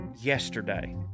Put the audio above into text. yesterday